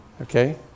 Okay